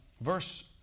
verse